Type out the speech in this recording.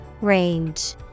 Range